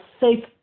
safe